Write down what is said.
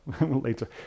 later